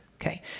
Okay